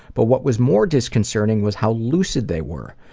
but what was more disconcerting was how loose they were.